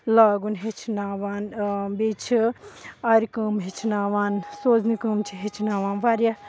لاگُن ہیٚچھناوان بیٚیہِ چھِ آرِ کٲم ہیٚچھناوان سوزنہِ کٲم چھِ ہیٚچھناوان واریاہ